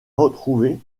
retrouver